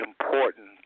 important